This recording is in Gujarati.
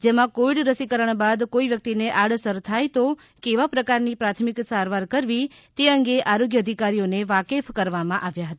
જેમા કોવિડ રસીકરણ બાદ કોઇ વ્યકિતને આડઅસર થાય તો કેવા પ્રકારની પ્રાથમિક સારવાર કરવી તે અંગે આરોગ્ય અધિકારીઓને વાકેફ કરવામાં આવ્યા હતા